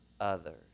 others